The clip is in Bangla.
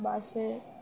বাসে